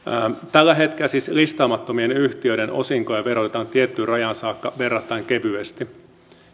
tällä hetkellä listaamattomien yhtiöiden osinkoja verotetaan tiettyyn rajaan saakka verrattain kevyesti